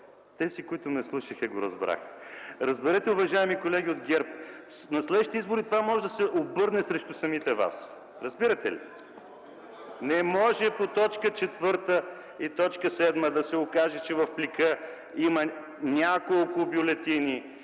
Тези, които ме слушаха, го разбраха. Разберете, уважаеми колеги от ГЕРБ, на следващите избори това може да се обърне срещу самите вас! Разбирате ли? (Шум и реплики.) Не може по т. 4 и 7 да се окаже, че в плика има няколко бюлетини